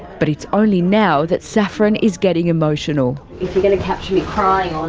but it's only now that saffron is getting emotional. if you're going to capture me crying